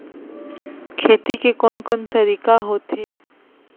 खेती के कोन कोन तरीका होथे?